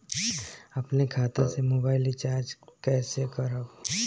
अपने खाता से मोबाइल रिचार्ज कैसे करब?